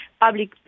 public